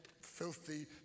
filthy